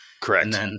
Correct